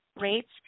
rates